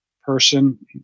person